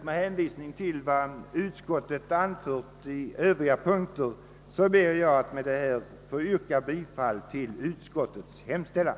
Med hänvisning till vad jag nu sagt och vad som anförts i utlåtandet yrkar jag bifall till utskottets hemställan.